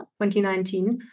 2019